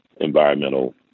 environmental